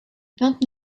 vingt